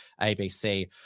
ABC